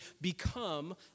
become